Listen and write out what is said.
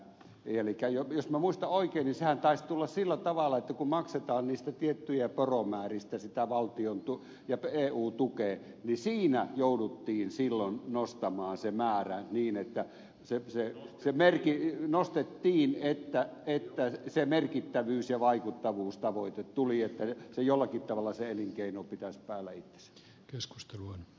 elikkä jos minä muistan oikein niin sehän taisi tulla sillä tavalla että kun maksetaan niistä tietyistä poromääristä sitä valtion ja eun tukea niin siinä jouduttiin silloin nostamaan se määrä niin että syöksee sen merkki y nostettiin että se merkittävyys ja vaikuttavuustavoite tuli että se elinkeino pitäis päiväykset keskusteluun